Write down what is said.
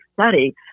study